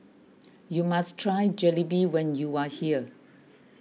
you must try Jalebi when you are here